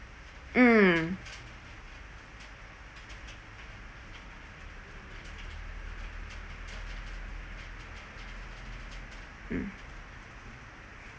mm mm